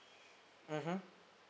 mmhmm